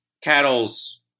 cattle's